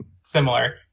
similar